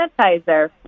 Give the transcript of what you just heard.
sanitizer